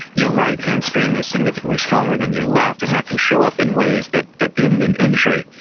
your right hamstring is significantly stronger than you're left and that can show up in ways that that end in injury.